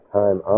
time